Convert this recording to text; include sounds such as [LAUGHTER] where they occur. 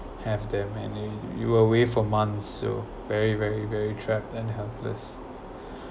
have them and they you were away for months so very very very trapped and helpless [BREATH]